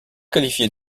qualifié